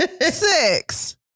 Six